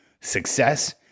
success